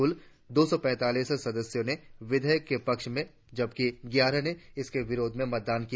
कल दो सौ पैंतालीस सदस्यों ने विधेयक के पक्ष में जबकि ग्यारह ने इसके विरोध में मतदान किया